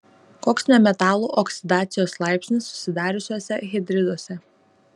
koks nemetalų oksidacijos laipsnis susidariusiuose hidriduose